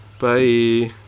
bye